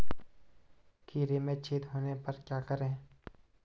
खीरे में छेद होने पर क्या करें?